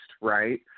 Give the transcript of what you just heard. Right